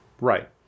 Right